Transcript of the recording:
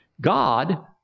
God